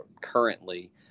currently